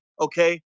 okay